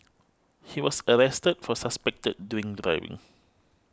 he was arrested for suspected drink driving